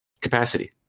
capacity